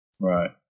Right